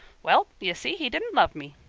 well, y'see, he didn't love me,